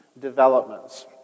developments